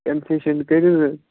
concession کٔرِو حظ